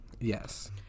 yes